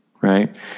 Right